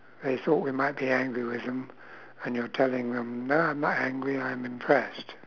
they thought we might be angry with them and you're telling them no I'm not angry I'm impressed